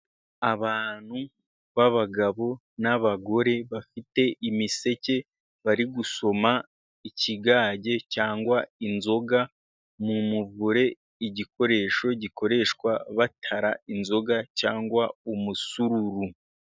Abantu b'abagabo n'abagore bafite imiseke bari gusoma ikigage cyangwa inzoga mu muvure, igikoresho gikoreshwa batara inzoga cyangwa umusururu.